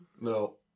No